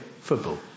football